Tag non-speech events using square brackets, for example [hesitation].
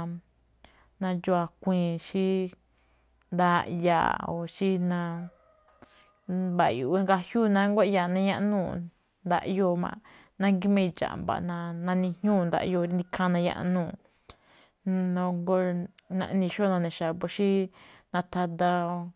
[hesitation] nadxuun a̱kuii̱n xí ndaꞌyaa̱ o xí [noise] mba̱yo̱ꞌ igajiúu nánguá iyaaꞌ nayaꞌnuu̱ nda̱ꞌyoo̱ máꞌ nákhí máꞌ idxa̱ꞌ mba̱ꞌ na- naijiuu̱, [noise] ndaꞌyoo̱ rí ikháán nayaꞌnuu̱. [hesitation] [noise] naꞌnii̱ xó none̱ xa̱bo̱ xí nathada.